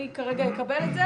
אני כרגע אקבל את זה